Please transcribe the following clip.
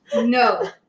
No